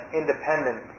independent